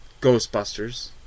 Ghostbusters